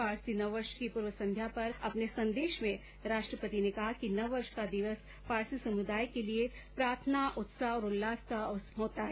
पारसी नववर्ष की पूर्व संध्या पर अपने संदेश में राष्ट्रपति ने कहा कि नववर्ष का दिवस पारसी समुदाय के लिए प्रार्थना उत्साह और उल्लास का अवसर होता है